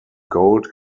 gold